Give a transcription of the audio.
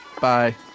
Bye